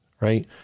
Right